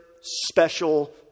special